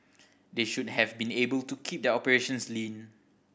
they should have been able to keep their operations lean